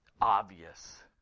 obvious